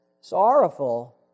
sorrowful